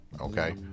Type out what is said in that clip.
Okay